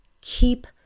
keep